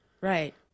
Right